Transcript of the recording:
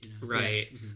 Right